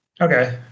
Okay